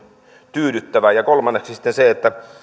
tyydyttävä kolmanneksi on sitten se että